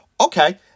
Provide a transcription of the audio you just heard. Okay